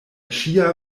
ŝia